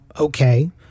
okay